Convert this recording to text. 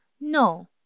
no